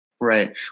Right